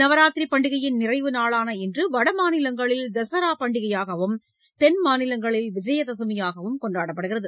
நவராத்திரி பண்டிகையின் நிறைவு நாளான இன்று வடமாநிலங்களில் தசரா பண்டிகையாகவும் தென்மாநிலங்களில் விஜயதசமியாகவும் கொண்டாடப்படுகிறது